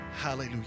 Hallelujah